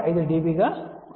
5 dB గా వస్తుంది